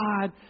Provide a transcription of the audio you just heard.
God